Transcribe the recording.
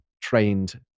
trained